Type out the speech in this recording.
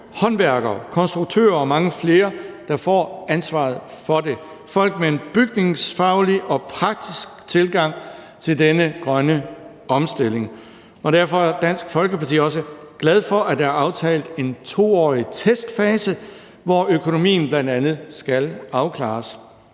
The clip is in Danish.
håndværkere, konstruktører og mange flere, der får ansvaret for det – folk med en bygningsfaglig og praktisk tilgang til denne grønne omstilling. Derfor er Dansk Folkeparti også glad for, at der er aftalt en 2-årig testfase, hvor økonomien bl.a. skal afklares.